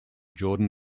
jordan